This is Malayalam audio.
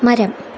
മരം